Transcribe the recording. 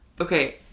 Okay